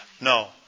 No